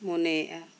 ᱢᱚᱱᱮᱭᱮᱜᱼᱟ